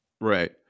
Right